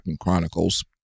Chronicles